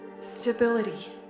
Stability